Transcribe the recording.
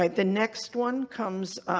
like the next one comes.